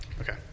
Okay